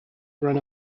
run